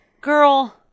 girl